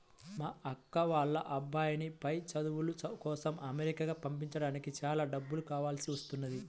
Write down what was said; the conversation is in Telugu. మా అక్క వాళ్ళ అబ్బాయిని పై చదువుల కోసం అమెరికా పంపించడానికి చాలా డబ్బులు కావాల్సి వస్తున్నది